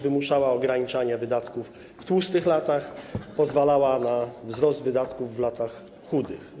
Wymuszała ograniczanie wydatków w tłustych latach, pozwalała na wzrost wydatków w latach chudych.